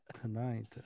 tonight